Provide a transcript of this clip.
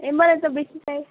ए मलाई त बेसी चाहियो